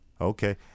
Okay